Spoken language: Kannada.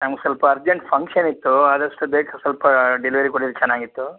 ನಮ್ಗೆ ಸ್ವಲ್ಪ ಅರ್ಜೆಂಟ್ ಫಂಕ್ಷನ್ ಇತ್ತು ಆದಷ್ಟು ಬೇಗ ಸ್ವಲ್ಪ ಡೆಲಿವರಿ ಕೊಟ್ಟಿರೆ ಚೆನ್ನಾಗಿತ್ತು